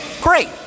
great